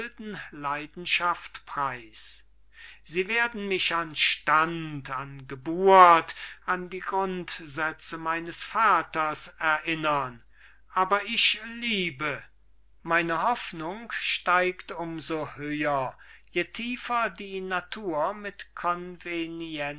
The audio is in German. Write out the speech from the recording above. leidenschaft preis sie werden mich an stand an geburt an die grundsätze meines vaters erinnern aber ich liebe meine hoffnung steigt um so höher je tiefer die natur mit